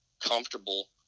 comfortable